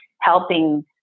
helping